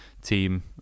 Team